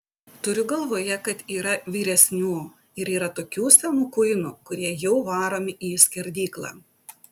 turiu galvoje kad yra vyresnių ir yra tokių senų kuinų kurie jau varomi į skerdyklą